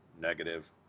negative